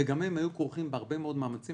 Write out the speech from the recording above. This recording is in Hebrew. וגם הם היו כרוכים בהרבה מאוד מאמצים.